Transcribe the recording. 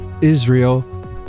Israel